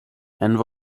and